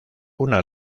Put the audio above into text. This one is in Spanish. una